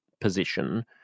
position